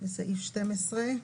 סעיף 9,